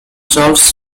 charles